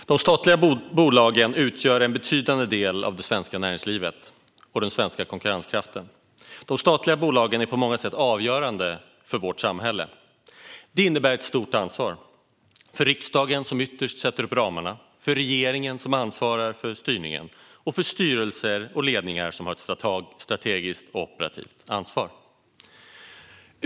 Herr talman! De statliga bolagen utgör en betydande del av det svenska näringslivet och den svenska konkurrenskraften. De statliga bolagen är på många sätt avgörande för vårt samhälle. Det innebär ett stort ansvar för riksdagen som ytterst sätter upp ramarna, för regeringen som ansvarar för styrningen och för styrelser och ledningar som har ett strategiskt och operativt ansvar.